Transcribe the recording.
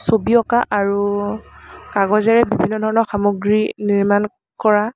ছবি অঁকা আৰু কাগজেৰে বিভিন্ন ধৰণৰ সামগ্ৰী নিৰ্মাণ কৰা